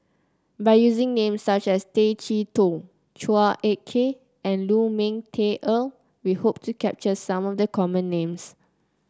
by using names such as Tay Chee Toh Chua Ek Kay and Lu Ming Teh Earl we hope to capture some of the common names